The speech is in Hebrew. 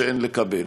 שאין לקבל.